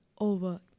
over